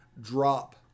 drop